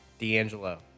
D'Angelo